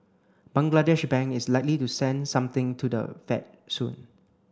Bangladesh Bank is likely to send something to the Fed soon